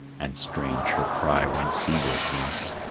and strange her cry went seaward once,